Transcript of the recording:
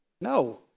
No